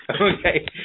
Okay